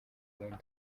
burundu